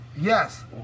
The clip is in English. yes